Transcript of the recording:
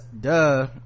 duh